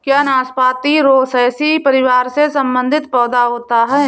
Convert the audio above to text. क्या नाशपाती रोसैसी परिवार से संबंधित पौधा होता है?